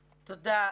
תודה.